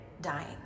dying